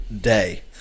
day